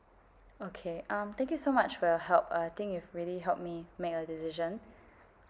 okay um thank you so much for your help I think it really help me make a decision